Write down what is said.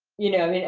you know,